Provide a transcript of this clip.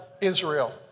Israel